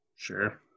Sure